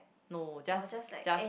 no just just